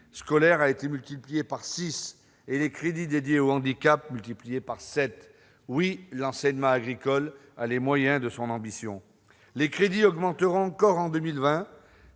scolaire a été multiplié par six, et les crédits dédiés au handicap multipliés par sept : oui, l'enseignement agricole a les moyens de son ambition ! Les crédits augmenteront encore de 26